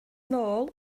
nôl